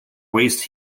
waste